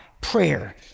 prayer